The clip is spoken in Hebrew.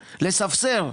לספסר,